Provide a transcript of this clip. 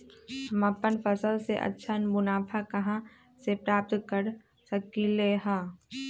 हम अपन फसल से अच्छा मुनाफा कहाँ से प्राप्त कर सकलियै ह?